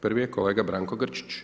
Prvi je kolega Branko Grčić.